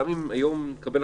גם נקבל היום החלטה,